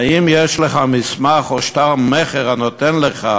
האם יש לך מסמך או שטר מכר הנותן לך,